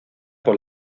por